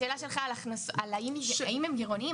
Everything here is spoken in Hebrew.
השאלה שלך על האם הם גירעוניים,